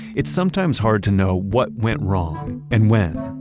it's sometimes hard to know what went wrong and when.